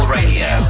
Radio